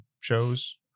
Shows